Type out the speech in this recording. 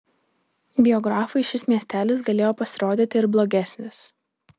biografui šis miestelis galėjo pasirodyti ir blogesnis